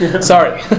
Sorry